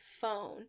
phone